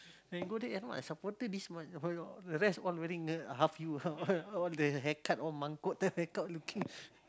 can go there ah you know supporter this month the rest all wearing half U all the haircut all mangkuk the haircut looking